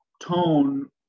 tone